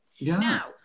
Now